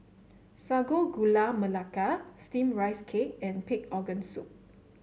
Sago Gula Melaka steamed Rice Cake and Pig Organ Soup